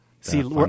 See